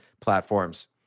platforms